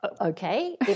Okay